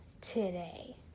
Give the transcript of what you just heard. today